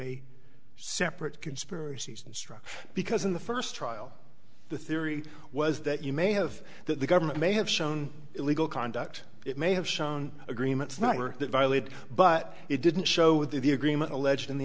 a separate conspiracies and structure because in the first trial the theory was that you may have that the government may have shown illegal conduct it may have shown agreements not for that violated but it didn't show the agreement alleged